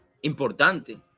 importante